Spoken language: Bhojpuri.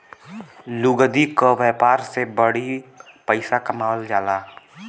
लुगदी क व्यापार से बड़ी पइसा कमावल जाला